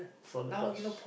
two hundred plus